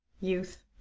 youth